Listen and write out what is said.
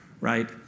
Right